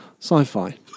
sci-fi